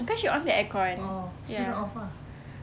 because she on the aircon ya